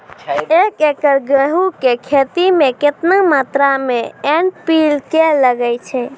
एक एकरऽ गेहूँ के खेती मे केतना मात्रा मे एन.पी.के लगे छै?